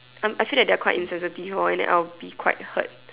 I'm I feel that they're quite insensitive or and then I'll be quite hurt